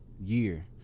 year